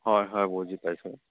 হয় হয় বুজি পাইছোঁ